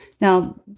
Now